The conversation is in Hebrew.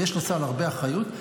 ויש לצה"ל הרבה אחריות,